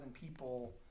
people